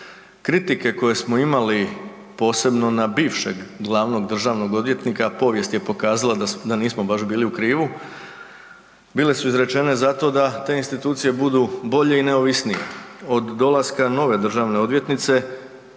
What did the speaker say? Kritike koje smo imali posebno na bivšeg glavnog državnog odvjetnika povijest je pokazala da nismo baš bili u krivu, bile su izrečene zato da te institucije budu bolje i neovisnije. Od dolaska nove državne odvjetnice